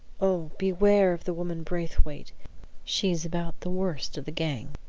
oh! beware of the woman braithwaite she is about the worst of the gang.